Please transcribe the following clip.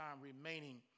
remaining